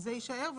זה יישאר.